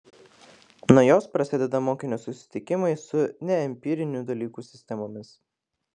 nuo jos prasideda mokinio susitikimai su neempirinių dalykų sistemomis